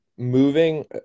Moving